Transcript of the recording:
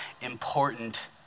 important